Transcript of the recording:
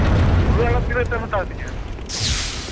ᱢᱩᱞᱟᱹ ᱟᱲᱟᱜ ᱛᱤᱱᱟᱹᱜ ᱠᱟᱛᱮᱢ ᱦᱟᱛᱟᱣ ᱛᱤᱧᱟᱹ